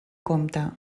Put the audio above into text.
compte